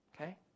okay